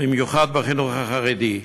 במיוחד בחינוך החרדי.